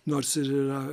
nors ir yra